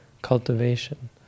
Cultivation